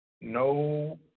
No